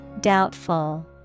Doubtful